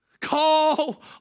Call